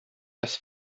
das